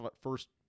first